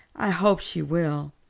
i hope she will,